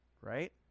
right